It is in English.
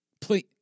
Please